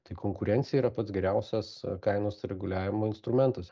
tai konkurencija yra pats geriausias kainos reguliavimo instrumentas